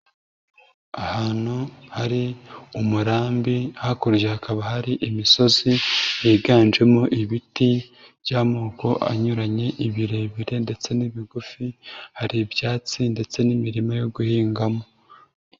Ahantu hari umurambi hakurya hakaba hari imisozi yiganjemo ibiti by'amoko anyuranye ibirebire ndetse n'ibigufi, hari ibyatsi ndetse n'imirima yo guhingamo.